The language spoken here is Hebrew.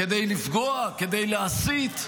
כדי לפגוע, כדי להסית,